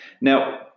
Now